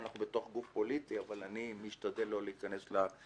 אומנם אנחנו בתוך גוף פוליטי אבל אני משתדל לא להיכנס לפינות האלה,